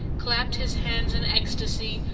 clapped his hands in ecstacy,